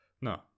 No